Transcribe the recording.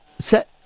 set